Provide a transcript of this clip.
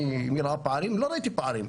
מי ראה פערים,